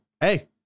Hey